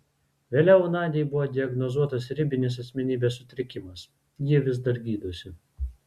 vėliau nadiai buvo diagnozuotas ribinis asmenybės sutrikimas ji vis dar gydosi